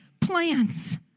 plans